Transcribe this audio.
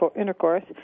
intercourse